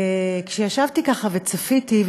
כשישבתי ככה וציפיתי,